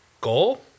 Goal